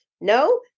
No